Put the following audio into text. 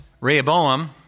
Rehoboam